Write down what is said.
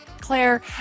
Claire